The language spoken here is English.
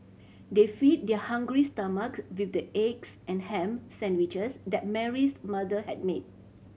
they feed their hungry stomach with the eggs and ham sandwiches that Mary's mother had made